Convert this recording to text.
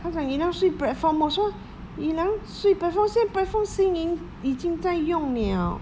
他讲 yu liang 睡 platform 我说 yu liang 睡 platform 现在 platform xin yi 已经在用了